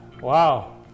Wow